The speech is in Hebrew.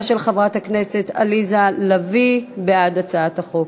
של חברת הכנסת עליזה לביא בעד הצעת החוק.